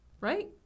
Right